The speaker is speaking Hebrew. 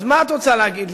אז מה את רוצה להגיד לי?